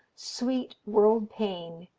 sweet world-pain,